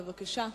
בבקשה.